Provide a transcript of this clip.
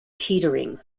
teetering